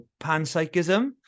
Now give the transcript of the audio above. panpsychism